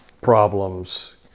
problems